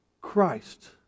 Christ